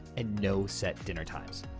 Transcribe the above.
and no set dinner times.